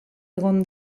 egon